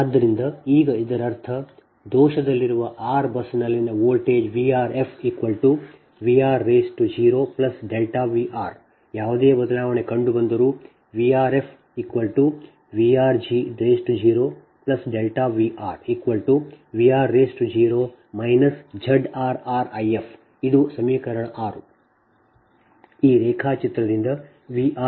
ಆದ್ದರಿಂದ ಈಗ ಇದರರ್ಥ ದೋಷದಲ್ಲಿರುವ r ನ ಬಸ್ನಲ್ಲಿನ ವೋಲ್ಟೇಜ್ VrfVr0Vr ಯಾವುದೇ ಬದಲಾವಣೆ ಕಂಡುಬಂದರೂ VrfVr0VrVr0 ZrrIf ಇದು ಸಮೀಕರಣ 6 ಈ ರೇಖಾಚಿತ್ರದಿಂದ VrfZfIf